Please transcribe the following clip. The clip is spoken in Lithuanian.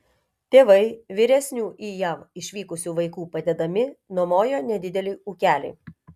tėvai vyresnių į jav išvykusių vaikų padedami nuomojo nedidelį ūkelį